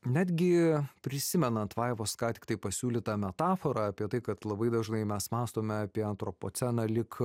netgi prisimenant vaivos ką tiktai pasiūlytą metaforą apie tai kad labai dažnai mes mąstome apie antropoceną lyg